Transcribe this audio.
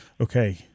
Okay